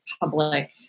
public